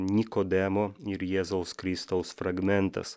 nikodemo ir jėzaus kristaus fragmentas